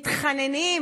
מתחננים,